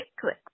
click